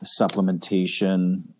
supplementation